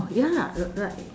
oh ya like like